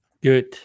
good